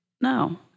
No